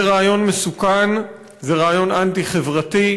זה רעיון מסוכן, זה רעיון אנטי-חברתי.